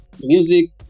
music